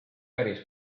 päris